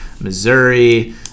Missouri